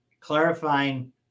clarifying